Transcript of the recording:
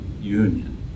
union